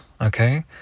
Okay